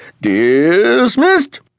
Dismissed